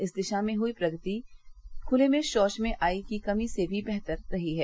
इस दिशा में हुई प्रगति खुले में शौच में आई कमी से भी बेहतर रही है